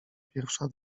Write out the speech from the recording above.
pierwsza